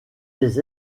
des